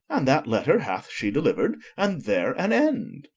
and that letter hath she deliver'd, and there an end.